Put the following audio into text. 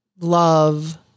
love